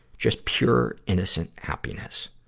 just pure, innocent happiness.